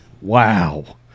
Wow